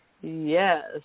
Yes